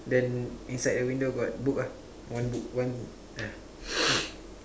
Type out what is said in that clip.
then inside the window got book ah one book one ah